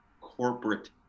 corporate